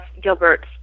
Gilbert's